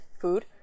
food